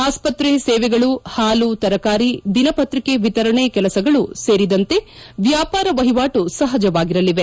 ಆಸ್ವತ್ರೆ ಸೇವೆಗಳು ಹಾಲು ತರಕಾರಿ ದಿನಪತ್ರಿಕೆ ವಿತರಣೆ ಕೆಲಸಗಳು ಸೇರಿದಂತೆ ವ್ಲಾಪಾರ ವಹಿವಾಟು ಸಹಜವಾಗಿರಲಿದೆ